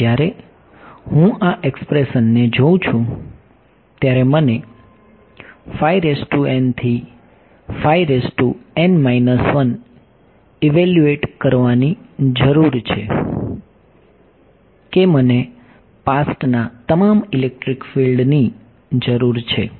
તેથી જ્યારે હું આ એક્સપ્રેશનને જોઉં છું ત્યારે મને થી ઇવેલ્યુએટ કરવાની જરૂર છે કે મને પાસ્ટના તમામ ઇલેક્ટ્રિક ફિલ્ડની જરૂર છે